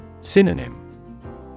Synonym